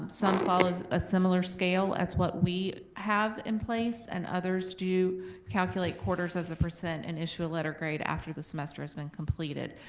um some follow a similar scale as what we have in place, and others do calculate quarters as a percent and issue a letter grade after the semester has been completed.